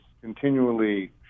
continually